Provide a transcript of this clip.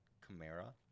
Camara